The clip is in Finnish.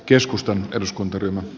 keskustan eduskuntaryhmä